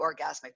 orgasmic